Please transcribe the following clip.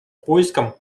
поиском